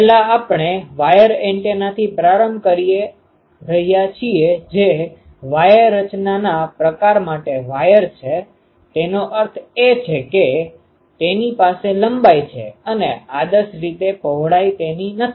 પહેલા આપણે વાયર એન્ટેનાથી પ્રારંભ કરી રહ્યા છીએ જે વાયર રચનાના પ્રકાર માટે વાયર છે તેનો અર્થ એ કે તેની પાસે લંબાઈ છે અને આદર્શ રીતે તેની પહોળાઈ નથી